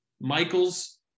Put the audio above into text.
Michaels